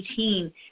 2018